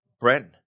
Brent